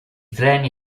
treni